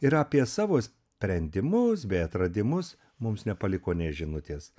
ir apie savo sprendimus bei atradimus mums nepaliko nė žinutės